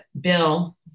Bill